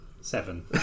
Seven